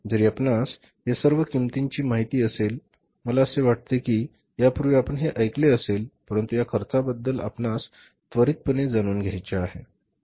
जरी आपणास या सर्व किंमतींची माहित असेल मला असे वाटते की यापूर्वी आपण हे ऐकले असेल परंतु या खर्चाबद्दल आपणास त्वरितपणे जाणून घायचे आहे